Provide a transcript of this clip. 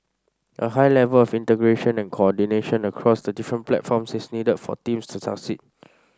a high level of integration and coordination across the different platforms is needed for teams to succeed